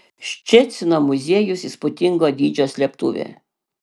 ščecino muziejus įspūdingo dydžio slėptuvė